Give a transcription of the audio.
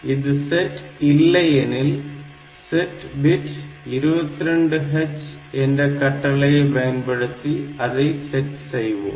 இது செட் இல்லை எனில் set bit 22 H என்ற கட்டளையை பயன்படுத்தி அதை செட் செய்வோம்